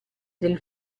del